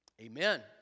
Amen